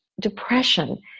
depression